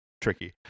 Tricky